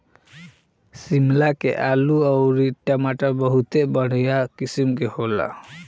शिमला के आलू अउरी टमाटर बहुते बढ़िया किसिम के होला